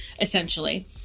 essentially